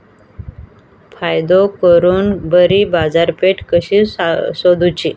फायदो करून बरी बाजारपेठ कशी सोदुची?